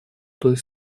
той